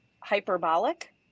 hyperbolic